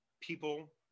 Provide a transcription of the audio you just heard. people